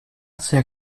sehr